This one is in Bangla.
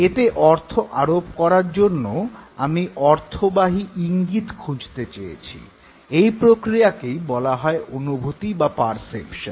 এতে অর্থ আরোপ করার জন্য আমি অর্থবাহী ইঙ্গিত খুঁজতে চেয়েছি এই প্রক্রিয়াকেই বলা হয় অনুভূতি বা পারসেপশন